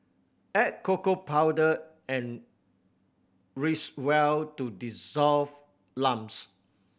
add cocoa powder and whisk well to dissolve lumps